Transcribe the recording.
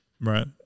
Right